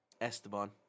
Esteban